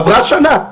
עברה שנה,